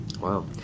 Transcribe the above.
Wow